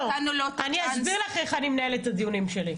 אני אסביר לך איך אני מנהלת את הדיונים שלי.